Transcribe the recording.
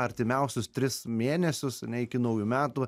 artimiausius tris mėnesius ane iki naujųjų metų